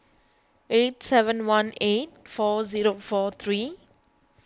eight seven one eight four zero four three